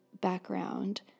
background